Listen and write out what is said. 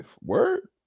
Word